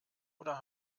oder